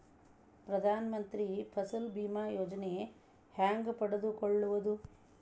ಪ್ರಧಾನ ಮಂತ್ರಿ ಫಸಲ್ ಭೇಮಾ ಯೋಜನೆ ಹೆಂಗೆ ಪಡೆದುಕೊಳ್ಳುವುದು?